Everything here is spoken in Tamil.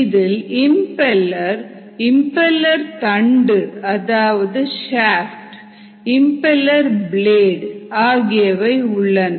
இதில் இம்பெலர் இம்பெலர் தண்டு அதாவது ஷாப்ட் இம்பெலர் பிளேடு ஆகியவை உள்ளன